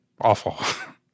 awful